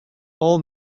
all